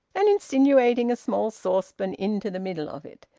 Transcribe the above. and insinuating a small saucepan into the middle of it,